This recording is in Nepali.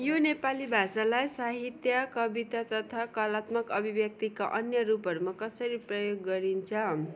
यो नेपाली भाषालाई साहित्य कविता तथा कलात्मक अभिव्यक्तिका अन्य रूपहरूमा कसरी प्रयोग गरिन्छ